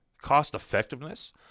cost-effectiveness